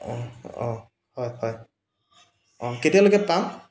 অঁ হয় হয় কেতিয়ালৈকে পাম